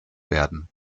werden